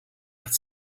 het